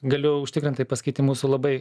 galiu užtikrintai pasakyti mūsų labai